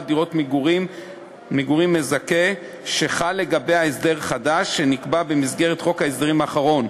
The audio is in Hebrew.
דירת מגורים מזכה שחל לגביה הסדר חדש שנקבע במסגרת חוק ההסדרים האחרון,